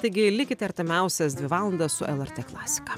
taigi likit artimiausias dvi valandas su lrt klasika